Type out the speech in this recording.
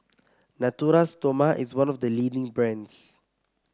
Natura Stoma is one of the leading brands